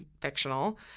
fictional